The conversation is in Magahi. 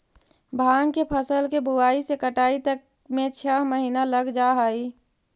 भाँग के फसल के बुआई से कटाई तक में छः महीना लग जा हइ